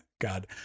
god